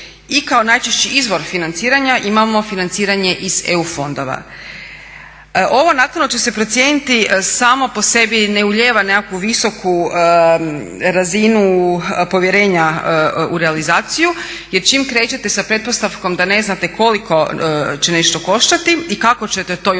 i kao najčešći izvor financiranja imamo financiranje iz EU fondova. Ovo naknadno će se procijeniti samo po sebi ne ulijeva nekakvu visoku razinu povjerenja u realizaciju jer čim krećete sa pretpostavkom da ne znate koliko će nešto koštati i kako ćete to i